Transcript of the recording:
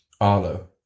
Arlo